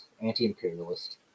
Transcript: anti-imperialist